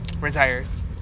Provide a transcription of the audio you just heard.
Retires